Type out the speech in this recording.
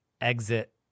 exit